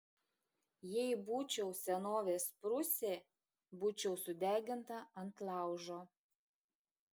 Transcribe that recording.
jei būčiau senovės prūsė būčiau sudeginta ant laužo